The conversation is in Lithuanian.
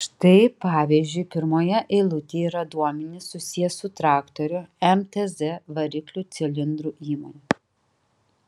štai pavyzdžiui pirmoje eilutėje yra duomenys susiję su traktorių mtz variklių cilindrų įmone